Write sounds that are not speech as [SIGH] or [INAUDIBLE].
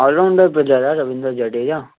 all rounder [UNINTELLIGIBLE] Ravindra Jadeja